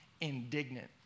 indignant